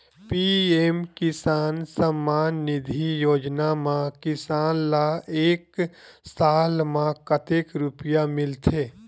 PM Kisan Samman Nidhi Yojana म किसान ल एक साल म कतेक रुपिया मिलथे?